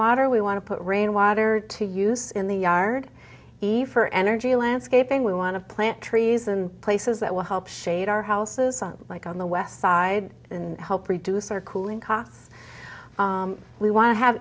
rainwater we want to put rainwater to use in the yard eve for energy landscaping we want to plant trees in places that will help shade our houses like on the west side and help reduce our cooling costs we want to have